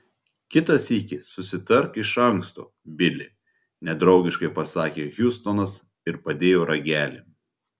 kitą sykį susitark iš anksto bili nedraugiškai pasakė hjustonas ir padėjo ragelį